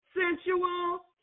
sensual